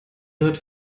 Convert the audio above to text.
wird